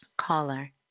caller